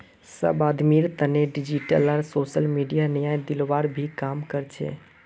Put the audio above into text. सब आदमीर तने डिजिटल आर सोसल मीडिया न्याय दिलवार भी काम कर छे